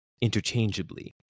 interchangeably